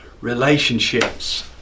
Relationships